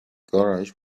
garage